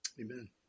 Amen